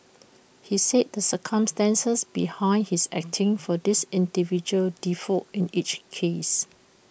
he said the circumstances behind his acting for these individuals differed in each case